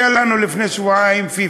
היה לנו לפני שבועיים פיפ"א.